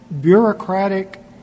bureaucratic